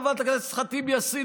חברת הכנסת ח'טיב יאסין,